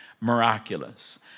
miraculous